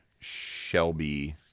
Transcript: Shelby